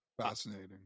Fascinating